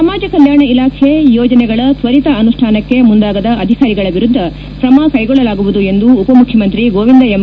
ಸಮಾಜ ಕಲ್ಯಾಣ ಇಲಾಖೆ ಯೋಜನೆಗಳ ತ್ವರಿತ ಅನುಷ್ಠಾನಕ್ಕೆ ಮುಂದಾಗದ ಅಧಿಕಾರಿಗಳ ವಿರುದ್ದ ಕ್ರಮ ಕೈಗೊಳ್ಳಲಾಗುವುದು ಎಂದು ಉಪಮುಖ್ಯಮಂತ್ರಿ ಗೋವಿಂದ ಎಂ